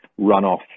runoff